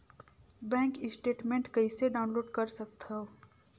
Bank statement कइसे download कर सकथव?